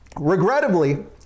Regrettably